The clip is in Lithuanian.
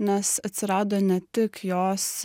nes atsirado ne tik jos